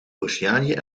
oceanië